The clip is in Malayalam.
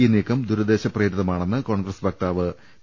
ഈ നീക്കം ദുരുദ്ദേശ പ്രേരിതമാണെന്ന് കോൺഗ്രസ് വക്താവ് പി